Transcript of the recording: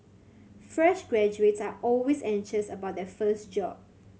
fresh graduates are always anxious about their first job